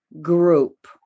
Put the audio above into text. group